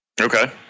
Okay